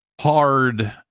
hard